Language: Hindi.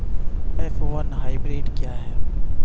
एफ वन हाइब्रिड क्या है?